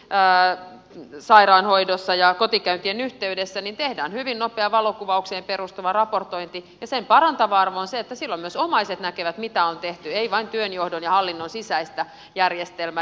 meillä kotisairaanhoidossa ja kotikäyntien yhteydessä tehdään hyvin nopea valokuvaukseen perustuva raportointi ja sen parantava arvo on se että silloin myös omaiset näkevät mitä on tehty se ei ole vain työnjohdon ja hallinnon sisäinen järjestelmä